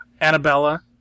Annabella